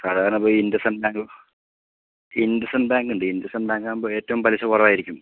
സാധാരണ പോയി ഇൻ്റസിൻഡ് ബാങ്കോ ഇൻ്റസിൻഡ് ബാങ്കുണ്ട് ഇൻ്റസിൻഡ് ബാങ്കാകുമ്പോൾ ഏറ്റവും പലിശ കുറവായിരിക്കും